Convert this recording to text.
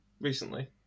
recently